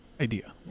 idea